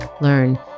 learn